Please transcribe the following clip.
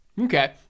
Okay